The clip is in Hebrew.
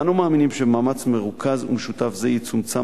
אנו מאמינים שבמאמץ מרוכז ומשותף זה יצומצם